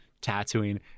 tattooing